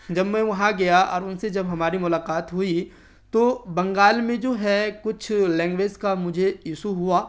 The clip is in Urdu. جب میں وہاں گیا اور ان سے جب ہماری ملاقات ہوئی تو بنگال میں جو ہے کچھ لینگویز کا مجھے ایسو ہوا